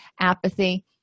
apathy